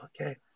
okay